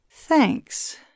Thanks